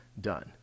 done